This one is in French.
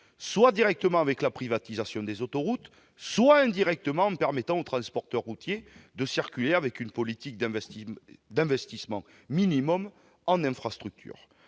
soit directement par la privatisation des autoroutes, soit indirectement en permettant aux transporteurs routiers de circuler avec une politique d'investissements minimum en infrastructures.